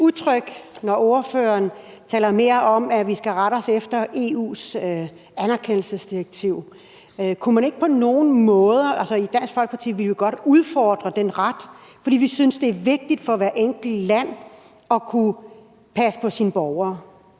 bliver lidt utryg, når ordføreren taler mere om, at vi skal rette os efter EU's anerkendelsesdirektiv. I Dansk Folkeparti vil vi godt udfordre den ret, for vi synes, det er vigtigt for hvert enkelt land at kunne passe på sine borgere.